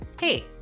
Hey